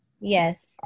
Yes